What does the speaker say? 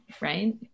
right